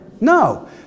No